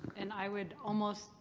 and i would almost.